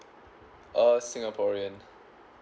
uh singaporean